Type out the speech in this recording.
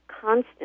constant